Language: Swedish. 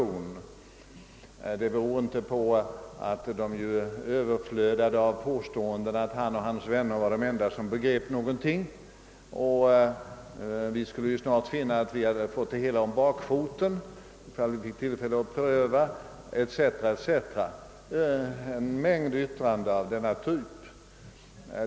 Anledningen till att jag inte gör det är inte att de överflödade av påståenden att han och hans vänner var de enda som begrep någonting och att vi snart skulle märka att vi fått det hela om bakfoten, om vi fick tillfälle att pröva etc. ; han framförde en mängd yttranden av denna typ.